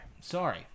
Sorry